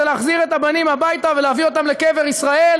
להחזיר את הבנים הביתה ולהביא אותם לקבר ישראל.